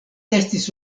estis